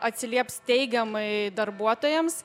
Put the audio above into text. atsilieps teigiamai darbuotojams